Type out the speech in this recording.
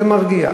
זה מרגיע,